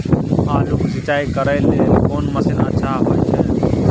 आलू के सिंचाई करे लेल कोन मसीन अच्छा होय छै?